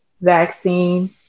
vaccine